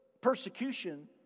persecution